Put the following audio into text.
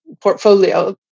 portfolio